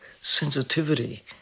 sensitivity